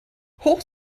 hoch